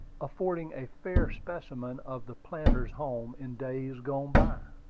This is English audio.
affording a fair specimen of the planter's home in days gone by.